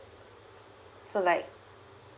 so like